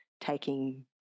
taking